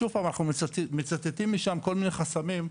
שוב פעם, אנחנו מצטטים משם כל מיני חסמים,